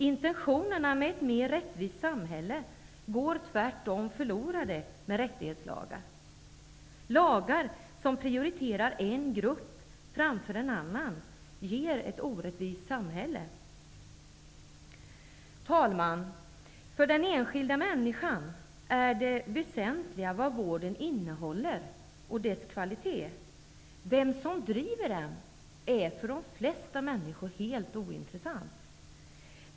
Intentionerna med ett mer rättvist samhälle går tvärtom förlorade med rättighetslagar. Lagar som prioriterar en grupp framför en annan ger ett orättvist samhälle. Herr talman! För den enskilda människan är det väsentliga vad vården innehåller och dess kvalitet. Vem som driver den är för de flesta människor helt ointressant.